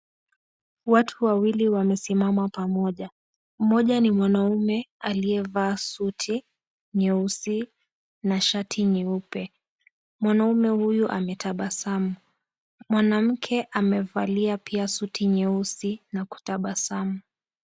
Watu wawili wamesimama pamoja, mmoja ni mwanaume aliyevaa suti nyeusi na shati nyeupe. Mwanaume huyu ametabasamu. Mwanamke amevalia pia suti nyeusi na kutabasamu.